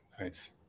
Nice